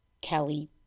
Kelly